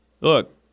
Look